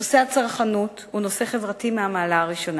נושא הצרכנות הוא נושא חברתי מן המעלה הראשונה.